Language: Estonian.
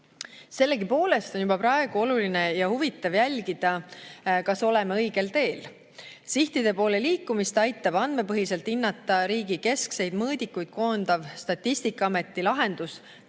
Sellegipoolest on juba praegu oluline ja huvitav jälgida, kas oleme õigel teel. Sihtide poole liikumist aitab andmepõhiselt hinnata riigi keskseid mõõdikuid koondav Statistikaameti lahendus